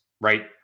right